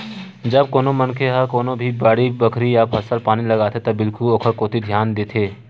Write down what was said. जब कोनो मनखे ह कोनो भी बाड़ी बखरी या फसल पानी लगाथे त बिल्कुल ओखर कोती धियान देथे